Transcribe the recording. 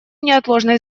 неотложной